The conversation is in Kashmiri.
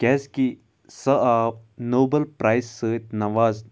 کیٛازِکہِ سُہ آو نوبَل پرٛایِز سۭتۍ نوازنہٕ